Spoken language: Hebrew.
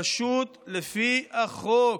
פשוט לפי החוק,